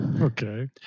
Okay